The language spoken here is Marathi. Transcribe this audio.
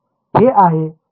हे आहे